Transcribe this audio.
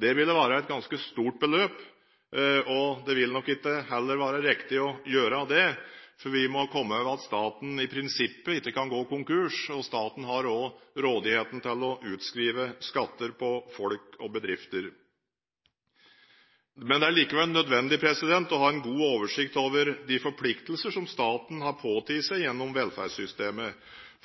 Det ville være et ganske stort beløp, og det vil nok heller ikke være riktig å gjøre det, for vi må huske at staten i prinsippet ikke kan gå konkurs, og staten har også rådigheten til å utskrive skatter når det gjelder folk og bedrifter. Det er likevel nødvendig å ha god oversikt over de forpliktelser som staten har påtatt seg gjennom velferdssystemet.